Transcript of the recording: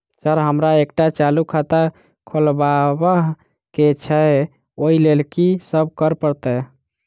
Sir हमरा एकटा चालू खाता खोलबाबह केँ छै ओई लेल की सब करऽ परतै?